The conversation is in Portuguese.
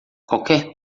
qualquer